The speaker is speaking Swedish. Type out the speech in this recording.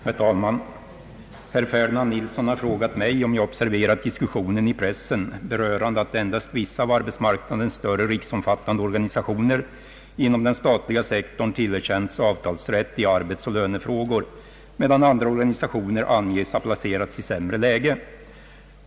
Herr talman! Herr Ferdinand Nilsson har frågat mig om jag observerat diskussionen i pressen berörande att endast vissa av arbetsmarknadens större riksomfattande organisationer inom den statliga sektorn tillerkänts avtalsrätt i arbetsoch lönefrågor medan andra organisationer anges ha placerats i sämre läge.